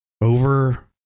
over